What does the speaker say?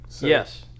yes